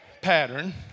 pattern